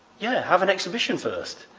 yeah have an exhibition first.